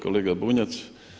Kolega Bunjac.